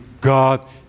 God